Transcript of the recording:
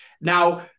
Now